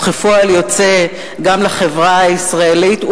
וכפועל יוצא גם לחברה הישראלית,